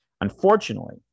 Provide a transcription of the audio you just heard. Unfortunately